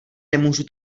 nemůžu